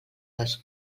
dels